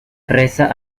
reza